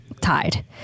tied